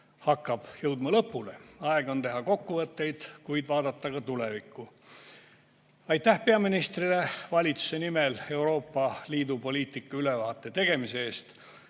hakkab jõudma lõpule. Aeg on teha kokkuvõtteid, kuid vaadata ka tulevikku. Aitäh peaministrile valitsuse nimel Euroopa Liidu poliitika ülevaate tegemise eest!